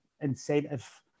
incentive